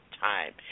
time